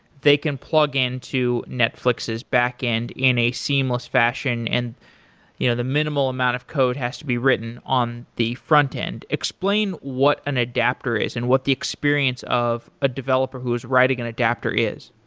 they can plug into netflix's backend in a seamless fashion and you know the minimal amount of code has to be written on the frontend. explain what an adaptor is and what the experience of a developer who's writing an adaptor is.